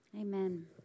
Amen